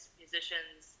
musicians